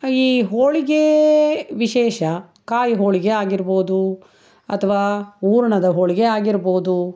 ಈ ಹೋಳಿಗೆ ವಿಶೇಷ ಕಾಯಿ ಹೋಳಿಗೆ ಆಗಿರ್ಬೋದು ಅಥವಾ ಹೂರ್ಣದ ಹೋಳಿಗೆ ಆಗಿರ್ಬೋದು